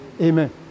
Amen